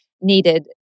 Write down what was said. needed